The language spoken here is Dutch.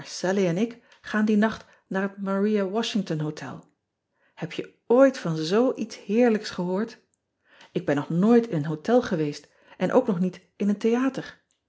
en ik gaan dien nacht naar het aria ashington otel eb je ooit van zoo iets heerlijks gehoord k ben nog nooit in een hotel geweest en ook nog ean ebster adertje angbeen niet in een theater